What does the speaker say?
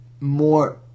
more